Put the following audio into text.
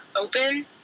*Open*